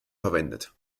verwendet